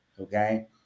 okay